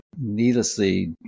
needlessly